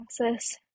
process